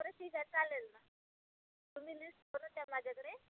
बरं ठीक आहे चालेल ना तुम्ही लिस्ट बनवून द्या माझ्याकडे